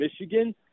Michigan